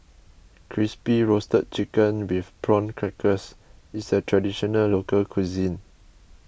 Crispy Roasted Chicken with Prawn Crackers is a Traditional Local Cuisine